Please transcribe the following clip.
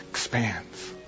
expands